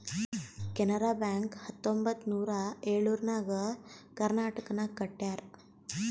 Canara bank ಹತ್ತೊಂಬತ್ತ್ ನೂರಾ ಎಳುರ್ನಾಗ್ ಕರ್ನಾಟಕನಾಗ್ ಕಟ್ಯಾರ್